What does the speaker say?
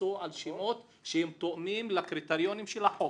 ימליצו על שמות שהם תואמים לקריטריונים של החוק,